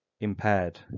impaired